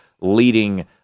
leading